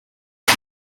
des